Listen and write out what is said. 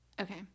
okay